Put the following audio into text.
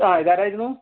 ആ ഇതാരായിരുന്നു